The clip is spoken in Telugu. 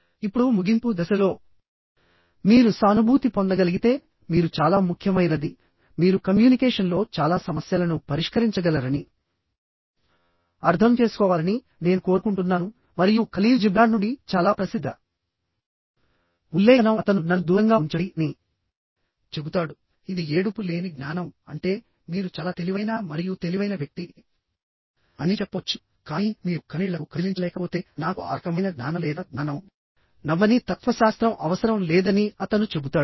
ఇప్పుడు ముగింపు దశలో మీరు సానుభూతి పొందగలిగితే మీరు చాలా ముఖ్యమైనది మీరు కమ్యూనికేషన్లో చాలా సమస్యలను పరిష్కరించగలరని అర్థం చేసుకోవాలని నేను కోరుకుంటున్నాను మరియు ఖలీల్ జిబ్రాన్ నుండి చాలా ప్రసిద్ధ ఉల్లేఖనం అతను నన్ను దూరంగా ఉంచండి అని చెబుతాడు ఇది ఏడుపు లేని జ్ఞానం అంటే మీరు చాలా తెలివైన మరియు తెలివైన వ్యక్తి అని చెప్పవచ్చు కానీ మీరు కన్నీళ్లకు కదిలించలేకపోతే నాకు ఆ రకమైన జ్ఞానం లేదా జ్ఞానం నవ్వని తత్వశాస్త్రం అవసరం లేదని అతను చెబుతాడు